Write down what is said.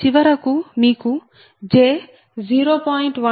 చివరకు మీకు j0